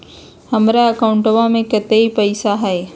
हमार अकाउंटवा में कतेइक पैसा हई?